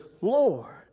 Lord